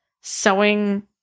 sewing